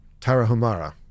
Tarahumara